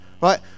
right